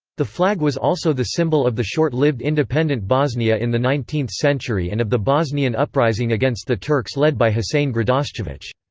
the flag was also the symbol of the short-lived independent bosnia in the nineteenth century and of the bosnian uprising against the turks led by husein gradascevic.